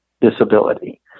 disability